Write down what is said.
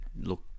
look